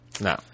No